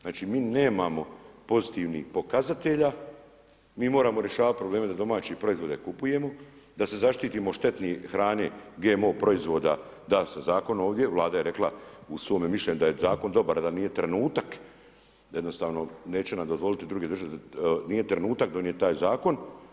Znači mi nemamo pozitivnih pokazatelja, mi moramo rješavati probleme da domaće proizvode kupujemo, da se zaštitimo od štetne hrane GMO proizvoda, dali smo zakon ovdje, Vlada je rekla u svome mišljenju da je zakon dobar, ali da nije trenutak, da jednostavno neće nam dozvoliti druge države, nije trenutak donijeti taj Zakon.